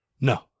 no